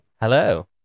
Hello